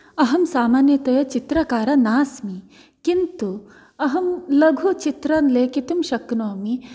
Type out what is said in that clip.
अहं सामान्यतया चित्रकारः नास्मि किन्तु अहं लघुचित्रान् लेखितुं शक्नोमि